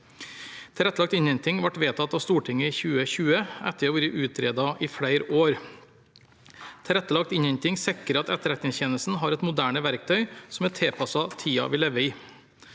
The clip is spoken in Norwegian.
Tilrettelagt innhenting ble vedtatt av Stortinget i 2020 etter å ha vært utredet i flere år. Tilrettelagt innhenting sikrer at Etterretningstjenesten har et moderne verktøy som er tilpasset tiden vi lever i.